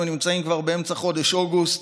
אנחנו נמצאים כבר באמצע חודש אוגוסט,